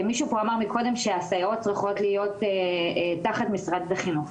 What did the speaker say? מישהו פה אמר מקודם שהסייעות צריכות להיות תחת משרד החינוך.